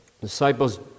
Disciples